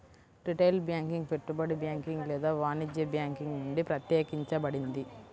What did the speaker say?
retail banking పెట్టుబడి banking లేదా వాణిజ్య బ్యాంకింగ్ నుండి ప్రత్యేకించబడింది